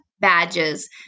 badges